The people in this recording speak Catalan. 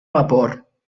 vapor